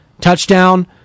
Touchdown